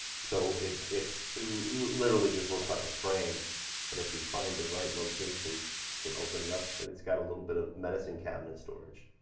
so it's it's literally just looks like a frame but if you find the right location you can open it up and it's got a little bit of medicine cabinet storage.